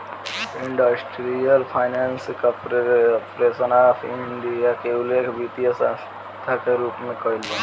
industrial finance corporation of India के उल्लेख वित्तीय संस्था के रूप में कईल बा